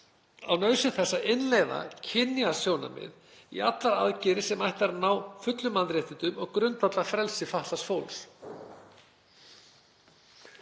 á nauðsyn þess að innleiða kynjasjónarmið í allar aðgerðir sem ætlað er að ná fullum mannréttindum og grundvallarfrelsi fatlaðs fólks.